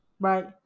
Right